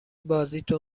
بازیتو